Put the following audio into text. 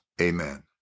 amen